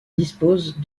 disposent